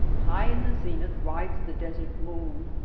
high in the zenith rides the desert moon.